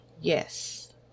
yes